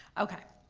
okay,